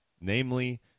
namely